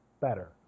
better